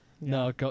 No